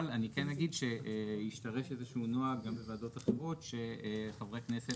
אבל אני כן אומר שהשתרש איזשהו נוהג גם בוועדות אחרות שחברי כנסת